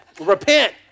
repent